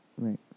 Right